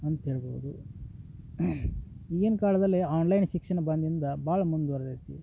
ಅಂತ ಹೇಳ್ಬೋದು ಈಗಿನ ಕಾಲದಲ್ಲಿ ಆನ್ಲೈನ್ ಶಿಕ್ಷಣ ಬಂದಿಂದ ಭಾಳ ಮುಂದ್ವರ್ದೈತಿ